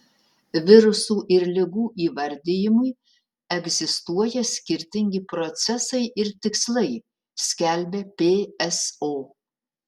virusų ir ligų įvardijimui egzistuoja skirtingi procesai ir tikslai skelbia pso